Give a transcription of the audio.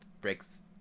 breaks